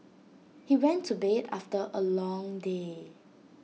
he went to bed after A long day